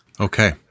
Okay